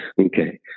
Okay